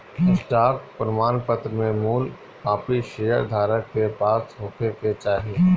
stock प्रमाणपत्र में मूल कापी शेयर धारक के पास होखे के चाही